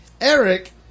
Eric